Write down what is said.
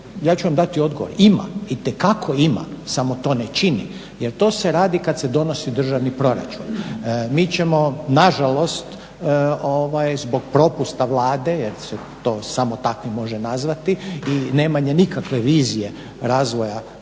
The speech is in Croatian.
Ja ću vam dati odgovor, ima, itekako ima samo to ne čini jer to se radi kad se donosi državni proračun. Mi ćemo nažalost zbog propusta Vlade jer se to samo tako može nazvati i nemanje nikakve vizije razvoja Hrvatske